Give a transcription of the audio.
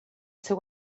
seu